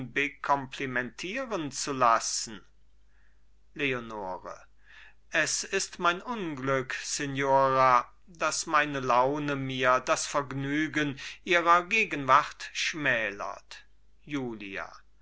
bekomplimentieren zu lassen leonore es ist mein unglück signora daß meine laune mir das vergnügen ihrer gegenwart schmälert julia